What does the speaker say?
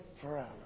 forever